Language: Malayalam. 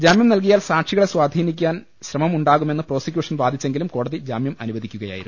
ജാമ്യം നൽകിയാൽ സാക്ഷികളെ സ്വാധീനിക്കാൻ ശ്രമം ഉണ്ടാകുമെന്ന് പ്രോസിക്യൂഷൻ വാദിച്ചെങ്കിലും കോടതി ജാമ്യം അനുവദിക്കുകയായിരുന്നു